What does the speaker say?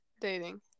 dating